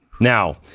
Now